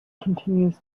continues